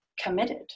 committed